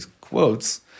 quotes